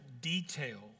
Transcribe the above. detail